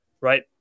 Right